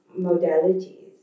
modalities